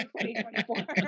2024